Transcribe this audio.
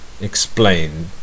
explain